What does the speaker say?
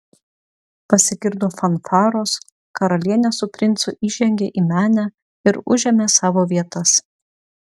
pasigirdo fanfaros karalienė su princu įžengė į menę ir užėmė savo vietas